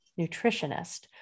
nutritionist